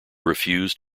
refuse